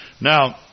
Now